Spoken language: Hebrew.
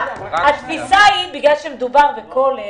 בגלל שמדובר בכולל